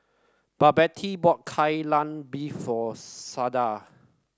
Babette bought Kai Lan Beef for Sada